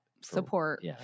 support